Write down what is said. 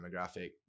demographic